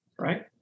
Right